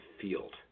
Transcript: field